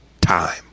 time